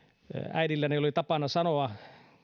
äidilläni oli tapana sanoa